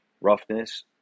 roughness